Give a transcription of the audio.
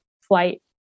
flight